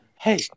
hey